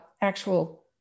actual